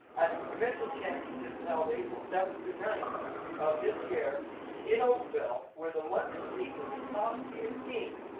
at the provincial championships held april seventh through ninth of this year in oakville where the london team was the top seated team.